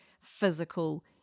physical